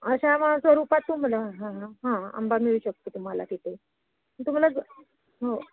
अशा मा स्वरूपात तुम्हाला हां हां आंबा मिळू शकते तुम्हाला तिथे मी तुम्हाला ग हो